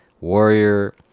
warrior